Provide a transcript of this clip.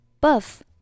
Buff